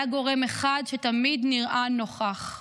היה גורם אחד שתמיד נראה נוכח,